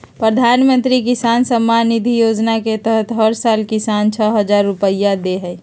प्रधानमंत्री किसान सम्मान निधि योजना के तहत हर साल किसान, छह हजार रुपैया दे हइ